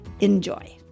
Enjoy